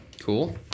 Cool